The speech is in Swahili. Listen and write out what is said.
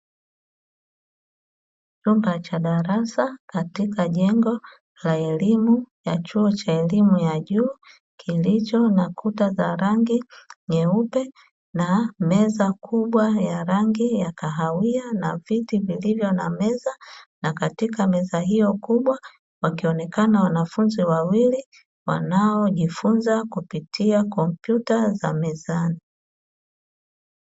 Chumba cha darasa katika jengo la elimu ya chuo cha elimu ya juu kilicho nakuta za rangi nyeupe na meza kubwa ya rangi ya kahawia na viti vilivyo na meza na katika meza hiyo kubwa wakionekana wanafunzi wawili wanaojifunza kupitia kompyuta za mezani.